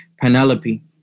Penelope